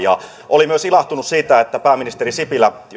olin myös ilahtunut siitä että pääministeri sipilä